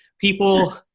people